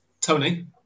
Tony